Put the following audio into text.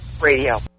radio